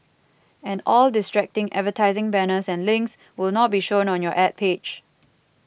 and all distracting advertising banners and links will not be shown on your Ad page